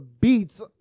beats